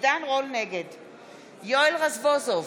יואל רזבוזוב,